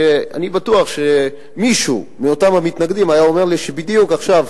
שאני בטוח שמישהו מאותם המתנגדים היה אומר לי שבדיוק עכשיו